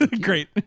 great